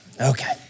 Okay